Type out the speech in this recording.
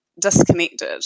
disconnected